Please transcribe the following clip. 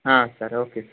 sir okay sir